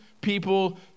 people